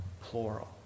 plural